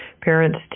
parents